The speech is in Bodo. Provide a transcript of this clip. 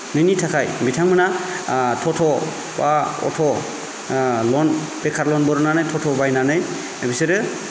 मोनैनि थाखाय बिथांमोना ट'ट' बा अट' लन बेखार लन बरननानै थथ' बायनानै बिसोरो